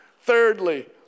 Thirdly